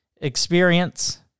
experience